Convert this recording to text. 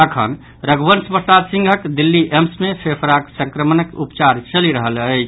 अखन रघुवंश प्रसाद सिंहक दिल्ली एम्स मे फेफड़ाक संक्रमणक उपचार चलि रहल अछि